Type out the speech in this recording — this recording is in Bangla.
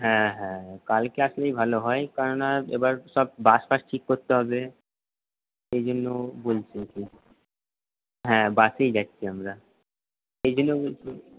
হ্যাঁ হ্যাঁ কালকে আসলেই ভালো হয় কেন না এবার সব বাস ফাস ঠিক করতে হবে সেই জন্য বলছি হ্যাঁ বাসেই যাচ্ছি আমরা সেই জন্য বলছি